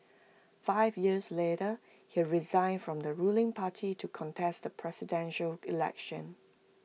five years later he resigned from the ruling party to contest the Presidential Election